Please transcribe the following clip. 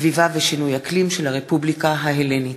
סביבה ושינוי אקלים של הרפובליקה ההלנית.